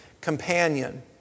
companion